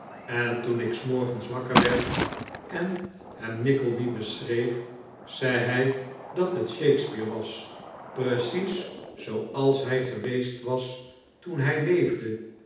en toen ik s morgens wakker werd en hem nickleby beschreef zei hij dat het shakespeare was precies zooals hij geweest was toen hij leefde